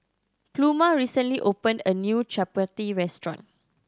Pluma recently opened a new Chapati restaurant